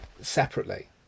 separately